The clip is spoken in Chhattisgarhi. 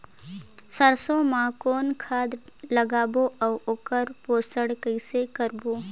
सरसो मा कौन खाद लगाबो अउ ओकर पोषण कइसे करबो?